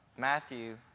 Matthew